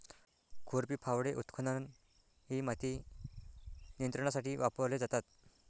खुरपी, फावडे, उत्खनन इ माती नियंत्रणासाठी वापरले जातात